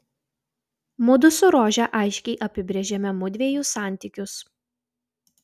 mudu su rože aiškiai apibrėžėme mudviejų santykius